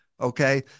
Okay